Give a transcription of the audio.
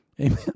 Amen